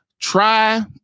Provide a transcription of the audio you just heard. Try